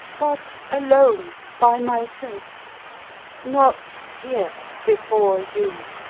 but alone by myself not here, before you.